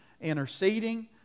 interceding